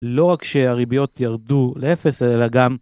לא רק שהריביות ירדו לאפס אלא גם